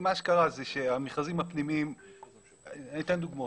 אני אתן דוגמאות.